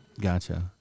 Gotcha